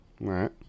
right